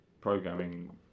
programming